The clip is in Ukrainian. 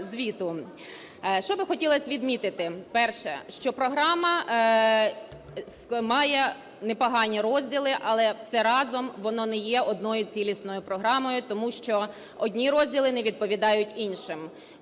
Що би хотілося відмітити? Перше, що програма має непогані розділи, але все разом воно не є одною цілісною програмою, тому що одні розділи не відповідають іншим.